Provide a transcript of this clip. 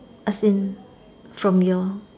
as in from your